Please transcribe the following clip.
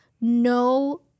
no